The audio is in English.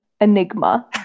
enigma